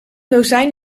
dozijn